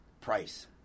price